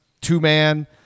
two-man